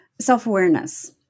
Self-awareness